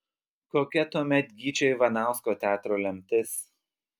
kokia tuomet gyčio ivanausko teatro lemtis